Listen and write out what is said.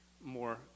more